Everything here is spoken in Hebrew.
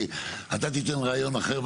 כי אתה תיתן רעיון אחר,